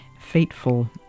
fateful